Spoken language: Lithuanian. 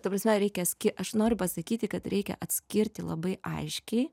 ta prasme reikia ski aš noriu pasakyti kad reikia atskirti labai aiškiai